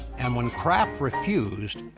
and when kraft refused,